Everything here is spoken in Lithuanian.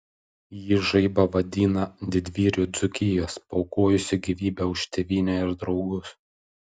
ji žaibą vadina didvyriu dzūkijos paaukojusiu gyvybę už tėvynę ir draugus